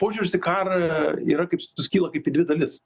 požiūris į karą yra kaip suskyla kaip į dvi dalis